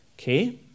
Okay